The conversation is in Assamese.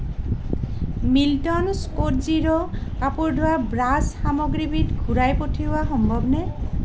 মিল্টন স্প'টজিৰো কাপোৰ ধোৱা ব্ৰাছ সামগ্ৰীবিধ ঘূৰাই পঠিওৱা সম্ভৱনে